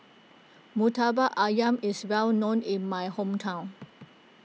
Murtabak Ayam is well known in my hometown